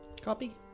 Copy